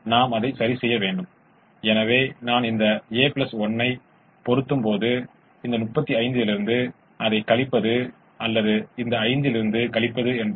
ஆனால் எங்களிடம் சாத்தியமான தீர்வுகள் உள்ளன எந்த X1 X2 ஐ திருப்திப்படுத்துவது சாத்தியமான தீர்வாக இருக்கும்